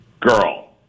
Girl